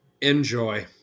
Enjoy